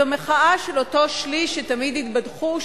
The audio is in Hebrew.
זו מחאה של אותו שליש שתמיד התבדחו,